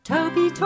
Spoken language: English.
Toby